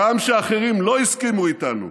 גם כשאחרים לא הסכימו איתנו,